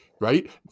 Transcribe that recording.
Right